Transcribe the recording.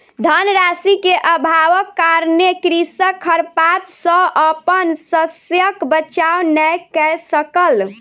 धन राशि के अभावक कारणेँ कृषक खरपात सॅ अपन शस्यक बचाव नै कय सकल